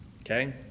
Okay